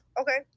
Okay